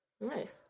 Nice